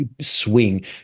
swing